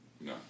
No